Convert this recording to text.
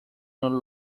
non